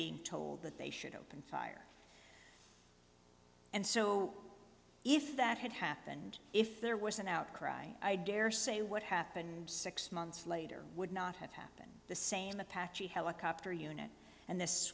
being told that they should open fire and so if that had happened if there was an outcry daresay what happened six months later would not have happened the same apache helicopter unit and this